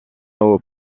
aux